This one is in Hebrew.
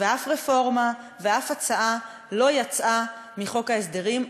ואף רפורמה ואף הצעה לגביו לא יצאו מחוק ההסדרים,